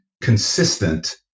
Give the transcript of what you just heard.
consistent